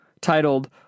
titled